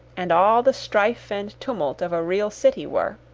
and all the strife and tumult of a real city were.